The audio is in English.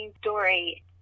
story